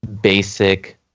basic